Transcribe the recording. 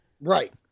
Right